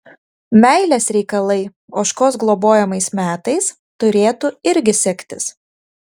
meilės reikalai ožkos globojamais metais turėtų irgi sektis